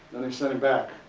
then they sent him back.